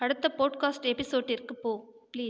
அடுத்த போட்காஸ்ட் எபிசோடிற்கு போ ப்ளீஸ்